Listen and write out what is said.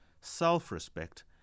self-respect